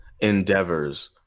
endeavors